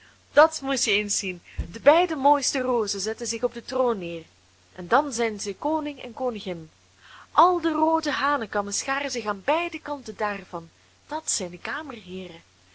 dat moest je eens zien de beide mooiste rozen zetten zich op den troon neer en dan zijn ze koning en koningin al de roode hanekammen scharen zich aan beide kanten daarvan dat zijn de